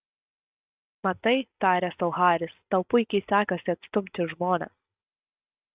matai tarė sau haris tau puikiai sekasi atstumti žmones